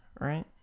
right